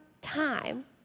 time